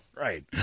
right